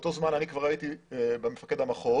באותו זמן אני כבר הייתי מפקד המחוז,